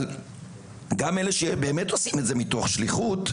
אבל גם אלה שבאמת עושים את זה מתוך שליחות,